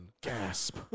Gasp